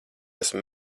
esmu